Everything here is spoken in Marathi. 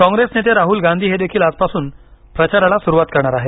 कॉंग्रेस नेते राहुल गांधी हे देखील आजपासून प्रचाराला सुरुवात करणार आहेत